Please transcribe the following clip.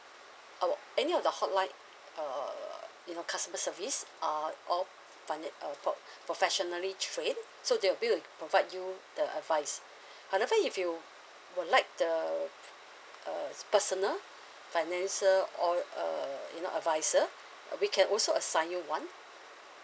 our any of the hotline err you know customer service are all uh pro professionally trained so they will provide you the advise however if you would like the uh personal financial or err you know advisor uh we can also assign you one